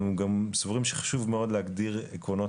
אנחנו גם סבורים שחשוב מאוד להגדיר עקרונות